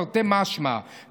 תרתי משמע,